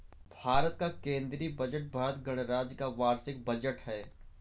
भारत का केंद्रीय बजट भारत गणराज्य का वार्षिक बजट है